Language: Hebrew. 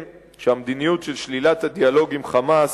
שהמדיניות של שלילת הדיאלוג עם "חמאס"